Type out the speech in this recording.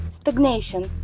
Stagnation